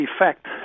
effect